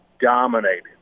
dominated